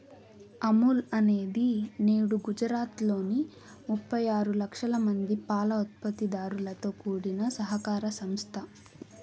అమూల్ అనేది నేడు గుజరాత్ లోని ముప్పై ఆరు లక్షల మంది పాల ఉత్పత్తి దారులతో కూడిన సహకార సంస్థ